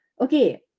Okay